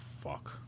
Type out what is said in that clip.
fuck